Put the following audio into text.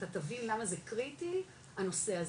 אתה תבין למה זה קריטי הנושא הזה,